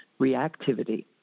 reactivity